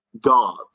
gods